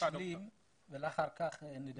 להשלים את הדברים ואחר כך נדבר.